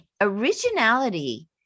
originality